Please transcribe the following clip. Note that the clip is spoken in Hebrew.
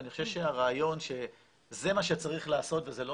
ואני חושב שהרעיון שזה מה שצריך לעשות וזה לא